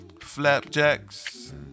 Flapjacks